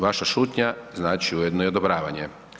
Vaša šutnja znači ujedno i odobravanje.